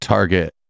Target